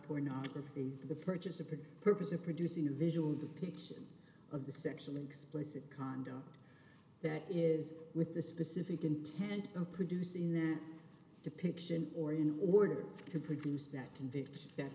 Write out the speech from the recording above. pornography for the purchase of the purpose of producing a visual depiction of the sexually explicit conduct that is with the specific intent of producing their depiction or in order to produce that conviction that